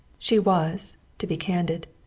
she was, to be candid,